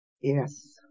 Yes